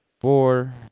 four